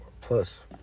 Plus